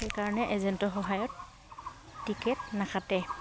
সেইকাৰণে এজেণ্টৰ সহায়ত টিকেট নাকাটে